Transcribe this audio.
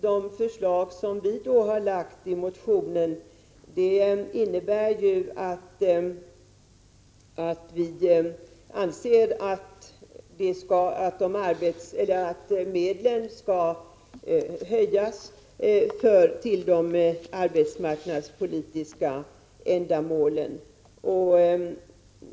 Det förslag som vi har lagt fram i vår motion innebär att också vi anser att ytterligare medel skall anslås till de arbetsmarknadspolitiska ändamålen.